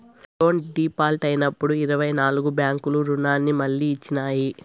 loan default అయినప్పుడు ఇరవై నాల్గు బ్యాంకులు రుణాన్ని మళ్లీ ఇచ్చినాయి